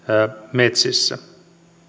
metsissä